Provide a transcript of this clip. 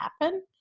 happen